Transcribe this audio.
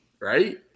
right